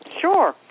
Sure